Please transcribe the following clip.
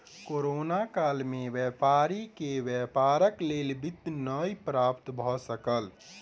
corona काल में व्यापारी के व्यापारक लेल वित्त नै प्राप्त भ सकल